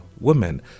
women